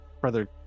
Brother